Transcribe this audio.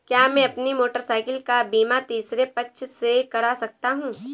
क्या मैं अपनी मोटरसाइकिल का बीमा तीसरे पक्ष से करा सकता हूँ?